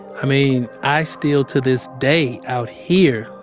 i mean, i still to this day, out here,